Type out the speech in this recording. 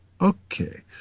okay